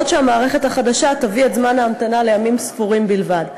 ואילו המערכת החדשה תביא את זמן ההמתנה לימים ספורים בלבד.